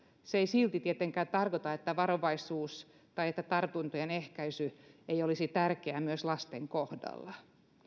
se ei silti tietenkään tarkoita että varovaisuus tai tartuntojen ehkäisy ei olisi tärkeää myös lasten kohdalla